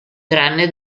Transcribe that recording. tranne